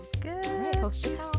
Good